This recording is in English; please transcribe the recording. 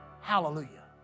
hallelujah